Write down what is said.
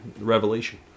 Revelation